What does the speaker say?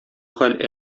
хәл